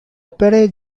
opere